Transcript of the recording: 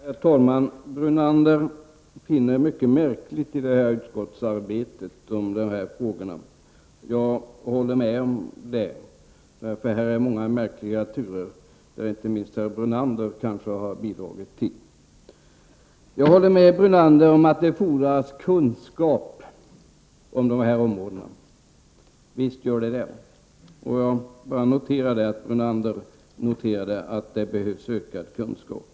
Herr talman! Lennart Brunander har funnit mycket som är märkligt när det gäller utskottets arbete kring dessa frågor. Jag kan hålla med om det. Här har turerna varit många och märkliga, vilket kanske inte minst herr Brunander har bidragit till. Jag håller även med Lennart Brunander om att det fordras kunskap om dessa områden. Visst är det så. Jag vill bara notera att Lennart Brunander påpekade att det behövs ökad kunskap.